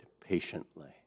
patiently